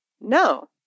No